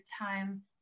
Time